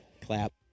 clap